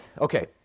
Okay